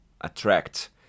attract